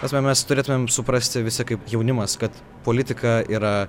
ta prasme mes turėtumėm suprasti visi kaip jaunimas kad politika yra